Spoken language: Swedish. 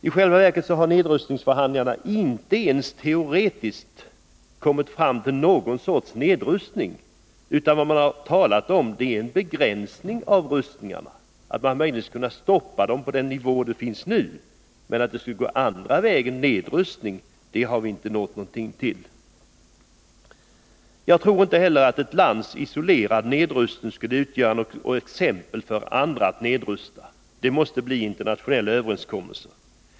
I själva verket har nedrustningsförhandlingarna inte ens teoretiskt lett till någon sorts nedrustning, utan vad man talat om är en begränsning av rustningarna, att man möjligen skulle kunna stoppa dem på nuvarande nivå — men att utvecklingen skulle gå andra vägen, mot nedrustning, har vi inte nått fram till. Jag tror inte heller att ett lands isolerade nedrustning skulle utgöra exempel för andra när det gäller att nedrusta. Det måste träffas internationella överenskommelser.